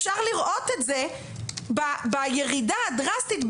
אפשר לראות אם זה בירידה הדרסטית,